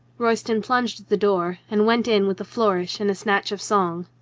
royston plunged at the door and went in with a flourish and a snatch of song.